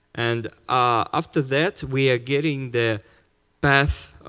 and ah after that, we are getting the path,